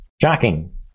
Shocking